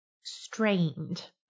strained